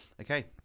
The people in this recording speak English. Okay